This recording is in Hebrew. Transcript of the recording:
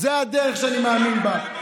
זאת הדרך שאני מאמין בה,